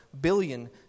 billion